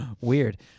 weird